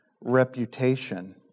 reputation